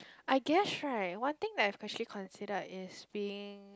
I guess right what think that she consider is being